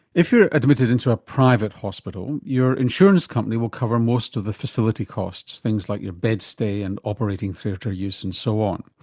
if you're admitted into a private hospital, your insurance company will cover most of the facility costs, things like your bed stay and operating theatre use and so on.